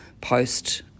post